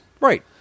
Right